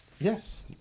Yes